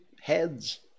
Heads